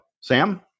Sam